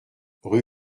rue